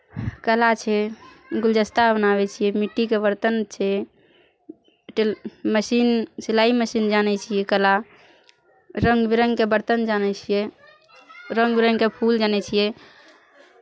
कला छै गुलदस्ता बनाबै छियै मिट्टीके बरतन छै टेल मशीन सिलाइ मशीन जानै छियै कला रङ्ग बिरङ्गके बरतन जानै छियै रङ्ग बिरङ्गके फूल जानै छियै